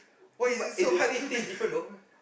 no but eh the the taste taste different though